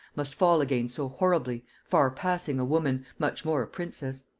must fall again so horribly, far passing a woman, much more a princess.